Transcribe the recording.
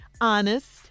honest